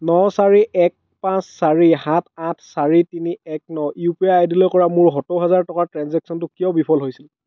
ন চাৰি এক পাঁচ চাৰি সাত আঠ চাৰি তিনি এক ন ইউ পি আই আই ডিলৈ কৰা মোৰ সত্তৰ হাজাৰ টকাৰ ট্ৰেঞ্জেকচনটো কিয় বিফল হৈছিল